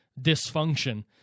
dysfunction